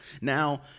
now